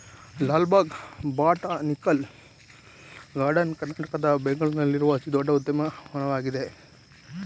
Lal Bagh Botanical Garden ಕರ್ನಾಟಕದ ಬೆಂಗಳೂರಿನಲ್ಲಿರುವ ಅತಿ ದೊಡ್ಡ ಉದ್ಯಾನವನವಾಗಿದೆ